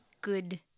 good